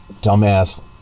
dumbass